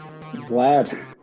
Vlad